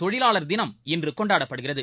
தொழிலாளர் தினம் இன்று கொண்டாடப்படுகிறது